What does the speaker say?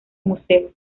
museo